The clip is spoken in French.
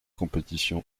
compétition